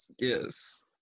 yes